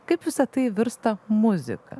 kaip visa tai virsta muzika